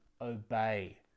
obey